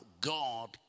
God